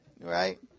right